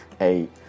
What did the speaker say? Eight